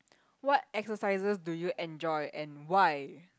what exercises do you enjoy and why